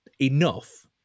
enough